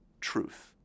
truth